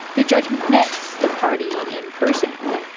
the judge met the party in person,